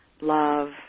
Love